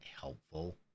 helpful